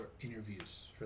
interviews